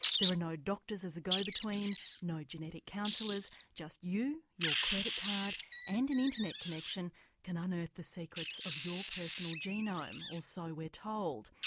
there are no doctors as a go-between, no genetic counsellors just you, your credit card and an internet connection can unearth the secrets of your personal genome. or so we're told.